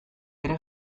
ere